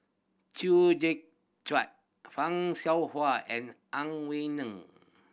Chew Joo Chiat Fan Shao Hua and Ang Wei Neng